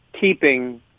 keeping